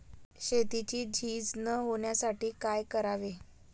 शेतीची झीज न होण्यासाठी काय करावे?